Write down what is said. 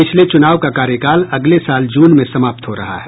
पिछले चूनाव का कार्यकाल अगले साल जून में समाप्त हो रहा है